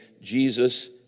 Jesus